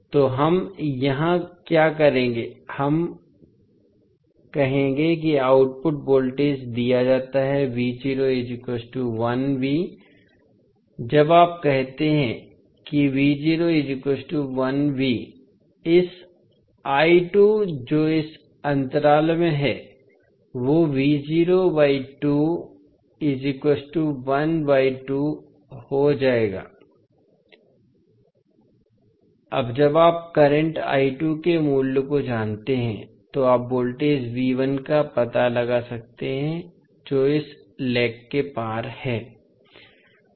तोहम यहां क्या करेंगे हम कहेंगे कि आउटपुट वोल्टेज दिया जाता है जब आप कहते हैं कि इस जो इस अंतराल में है वो हो जाएगा अब जब आप करंट के मूल्य को जानते हैं तो आप वोल्टेज का पता लगा सकते हैं जो इस लेग के पार है